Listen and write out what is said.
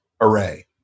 array